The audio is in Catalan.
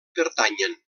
pertanyen